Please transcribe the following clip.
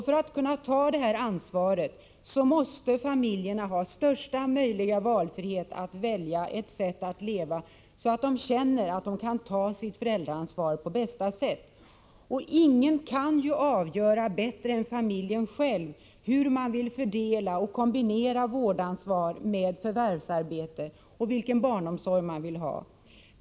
För att kunna ta detta ansvar måste familjen ha största möjliga valfrihet. Man måste få välja ett sätt att leva så att man känner att man kan ta sitt föräldraansvar på bästa sätt. Ingen kan avgöra bättre än familjen själv hur man vill fördela och kombinera vårdansvar med förvärvsarbete eller vilken barnomsorg man vill ha.